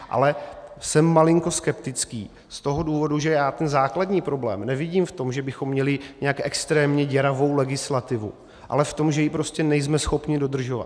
Ale jsem malinko skeptický z toho důvodu, že já ten základní problém nevidím v tom, že bychom měli nějak extrémně děravou legislativu, ale v tom, že ji prostě nejsme schopni dodržovat.